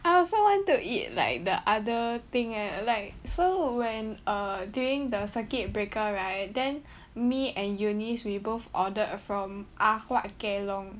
I also want to eat like the other thing eh like so when err during the circuit breaker right then me and eunice we both ordered from Ah Hua Kelong